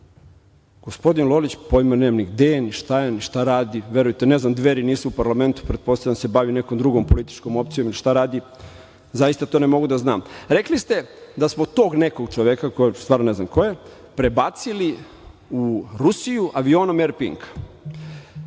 Gospodin Lolić, pojma nemam ni gde je, šta je, šta radi, verujte mi ne znam. Dveri nisu u parlamentu, pretpostavljam da se bavi nekom drugom političkom opcijom, šta radi zaista to ne mogu da znam. Rekli ste da smo tog nekog čoveka za koga stvarno ne znam ko je, prebacili u Rusiju avionom „Er pinka“.